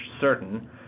certain